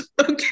okay